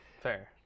Fair